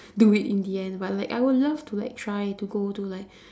do it in the end but like I would love to like try to go to like